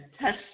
test